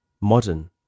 Modern